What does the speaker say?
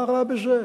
מה רע בזה?